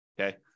okay